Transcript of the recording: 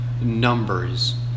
numbers